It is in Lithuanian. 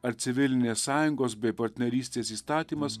ar civilinės sąjungos bei partnerystės įstatymas